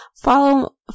Follow